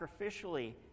sacrificially